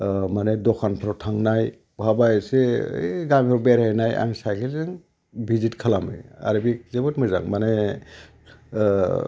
माने दखानफ्राव थांनाय बहाबा एसे ओइ गामियाव बेरायहैनाय आं सायखेलजों भिजित खालामो आरो बे जोबोद मोजां माने